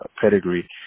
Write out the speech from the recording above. pedigree